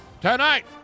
Tonight